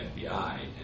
FBI